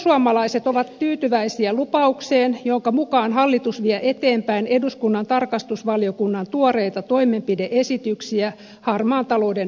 perussuomalaiset ovat tyytyväisiä lupaukseen jonka mukaan hallitus vie eteenpäin eduskunnan tarkastusvaliokunnan tuoreita toimenpide esityksiä harmaan talouden torjunnasta